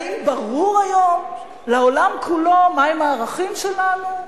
האם ברור היום לעולם כולו מהם הערכים שלנו?